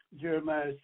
Jeremiah